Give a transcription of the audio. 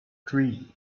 dream